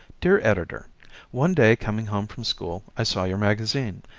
dear editor one day coming home from school i saw your magazine.